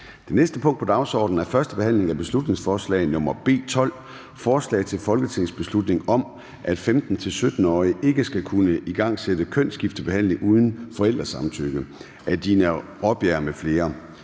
Det næste punkt på dagsordenen er: 6) 1. behandling af beslutningsforslag nr. B 12: Forslag til folketingsbeslutning om, at 15-17 årige ikke skal kunne igangsætte kønsskiftebehandling uden forældresamtykke. Af Dina Raabjerg (KF) m.fl.